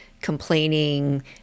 complaining